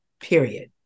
Period